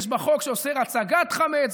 יש בה חוק שאוסר הצגת חמץ.